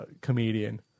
comedian